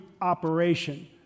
operation